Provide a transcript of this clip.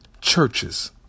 churches